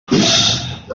classe